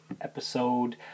episode